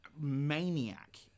maniac